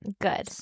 good